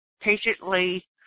patiently